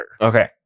Okay